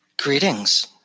Greetings